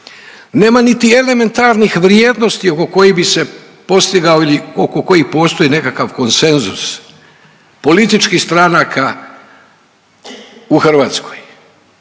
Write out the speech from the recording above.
nema niti elementarnih vrijednosti oko kojih bi se postigao ili oko kojih postoji nekakav konsenzus političkih stranaka u Hrvatskoj.